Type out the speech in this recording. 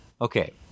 Okay